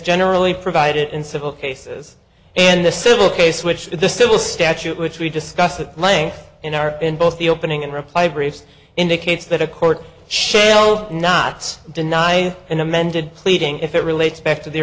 generally provided in civil cases and the civil case which the civil statute which we discussed at length in our in both the opening and reply briefs indicates that a court shall not deny an amended pleading if it relates back to the